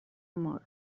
amor